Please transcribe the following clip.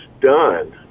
done